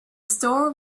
store